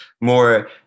more